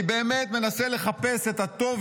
אני באמת מנסה לחפש את הטוב